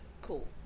cool